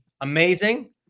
amazing